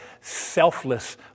selfless